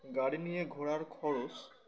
গাড়ি নিয়ে ঘোরার খরচ